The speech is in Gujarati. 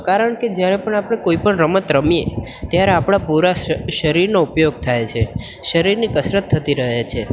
કારણ કે જ્યાં પણ આપણે કોઈપણ રમત રમીએ ત્યારે આપણા પુરા શરીરનો ઉપયોગ થાય છે શરીરની કસરત થતી રહે છે